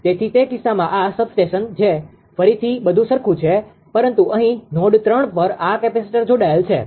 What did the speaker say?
તેથી તે કિસ્સામાં આ સબસ્ટેશન છે ફરીથી બધું સરખું છે પરંતુ અહીં નોડ 3 પર આ કેપેસિટર જોડાયેલ છે